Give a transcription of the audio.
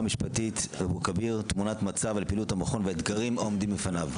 משפטית אבו כביר - תמונת מצב על פעילות המכון והאתגרים העומדים בפניו.